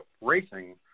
racing